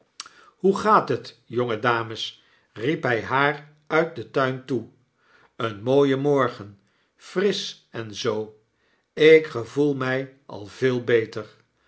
hoe gaat het jonge dames riep hy haar uit den tuin toe een mooie morgen frisch en zoo ik gevoel mij al veel beter